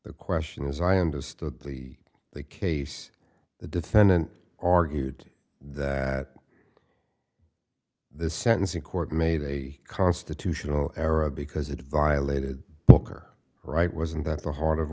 question as i understood the case the defendant argued that the sentencing court made a constitutional era because it violated booker right wasn't at the heart of